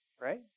right